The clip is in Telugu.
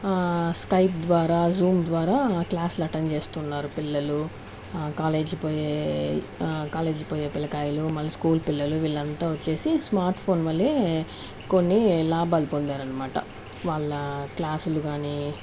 స్కైప్ ద్వారా జూమ్ ద్వారా క్లాసులు అటెండ్ చేస్తున్నారు పిల్లలు కాలేజీకి పోయే కాలేజీకి పోయే పిల్లకాయలు మళ్ళీ స్కూల్ పిల్లలు వీళ్లంతా వచ్చేసి స్మార్ట్ ఫోన్ల వల్లే కొన్ని లాభాలు పొందారు అన్నమాట వాళ్ళ క్లాసులు కానీ